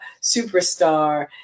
superstar